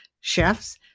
chefs